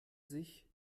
sich